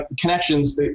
connections